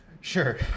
Sure